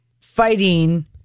fighting